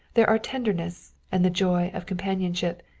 there are tenderness, and the joy of companionship,